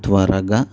త్వరగా